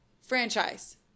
franchise